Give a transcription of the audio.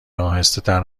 آهستهتر